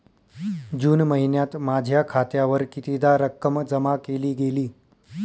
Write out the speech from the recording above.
जून महिन्यात माझ्या खात्यावर कितीदा रक्कम जमा केली गेली?